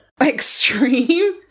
extreme